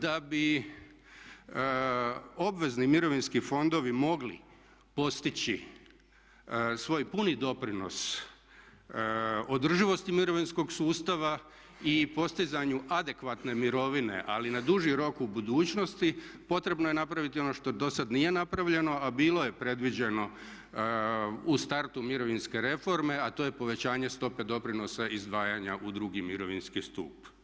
Da bi obvezni mirovinski fondovi mogli postići svoj puni doprinos održivosti mirovinskog sustava i postizanju adekvatne mirovine, ali na duži rok u budućnosti potrebno je napraviti ono što do sad nije napravljeno, a bilo je predviđeno u startu mirovinske reforme a to je povećanje stope doprinosa izdvajanja u Drugi mirovinski stup.